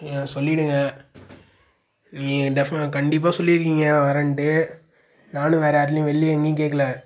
சொல்லிவிடுங்க கண்டிப்பாக சொல்லியிருக்கீங்க வரேன்ட்டு நானும் வேறே யாருகிட்டயும் வெள்லேயும் எங்கேயும் கேட்குல